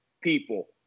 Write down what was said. people